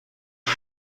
این